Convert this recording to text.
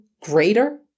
greater